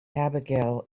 abigail